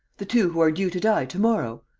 the two who are due to die to-morrow?